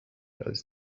als